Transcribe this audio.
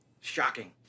Shocking